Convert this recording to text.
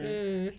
mm